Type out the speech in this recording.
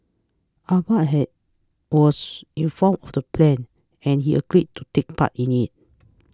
Ahmad was informed of the plan and he agreed to take part in it